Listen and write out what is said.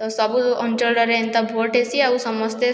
ତ ସବୁ ଅଞ୍ଚଳରେ ଏନ୍ତା ଭୋଟ ହେସି ଆଉ ସମସ୍ତେ